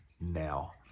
now